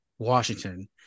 Washington